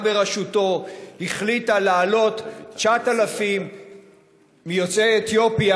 בראשותו החליטה להעלות 9,000 מיוצאי אתיופיה,